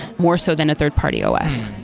more so than a third-party os.